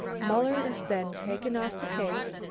muller is then taken off the case,